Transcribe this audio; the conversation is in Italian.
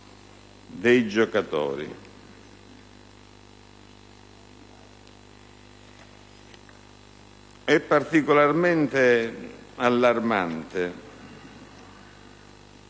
dei giocatori. È particolarmente allarmante